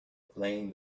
flame